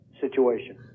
situation